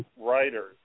writers